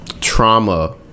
trauma